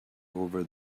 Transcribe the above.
over